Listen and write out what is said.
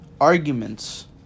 arguments